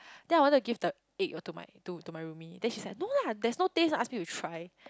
then I want to give the egg to my to to my roomie then she said no lah there's no taste ask me to try